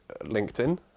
LinkedIn